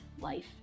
life